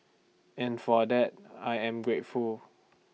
and for that I am grateful